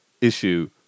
issue